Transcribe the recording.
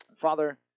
Father